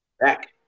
Back